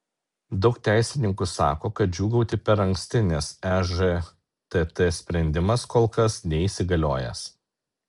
daug teisininkų sako kad džiūgauti per anksti nes ežtt sprendimas kol kas neįsigaliojęs